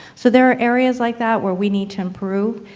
so there are areas like that where we need to improve.